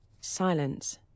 Silence